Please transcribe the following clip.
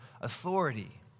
authority